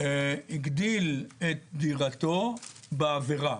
הגדיל את דירתו בעבירה,